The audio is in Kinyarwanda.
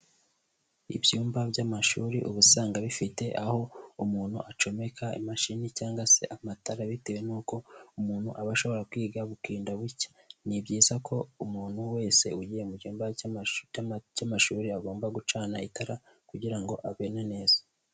Ibyumba by'amashuri uba usanga bifite aho umuntu acomeka imashini cyangwa se amatara bitewe n'uko umuntu aba ashobora kwiga butinda bucya. Ni byiza ko umuntu wese ugiye mu cyumba cy'amashuri agomba gucana itara kugira ngo abone neza.